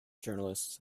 journalists